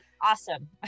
awesome